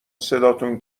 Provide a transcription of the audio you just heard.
صداتون